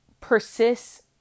persist